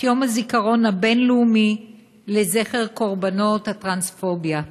יום הזיכרון הבין-לאומי לזכר קורבנות הטרנספוביה.